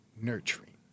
nurturing